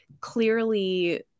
clearly